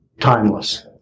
timeless